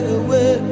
away